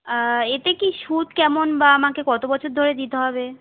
এতে কি সুদ কেমন বা আমাকে কত বছর ধরে দিতে হবে